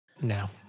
No